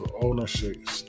ownership